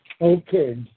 Okay